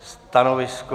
Stanovisko?